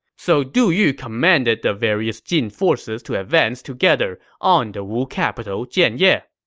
so du yu commanded the various jin forces to advance together on the wu capital jianye